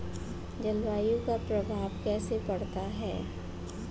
जलवायु का प्रभाव कैसे पड़ता है?